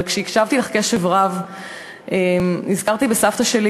אבל הקשבתי לך קשב רב ונזכרתי בסבתא שלי,